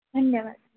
धन्यवाद